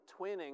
twinning